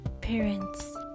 parents